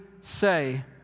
say